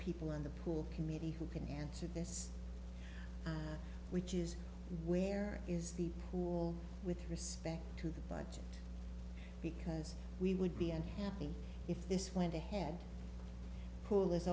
people in the pool committee who can answer this which is where is the pool with respect to the budget because we would be unhappy if this went ahead pool is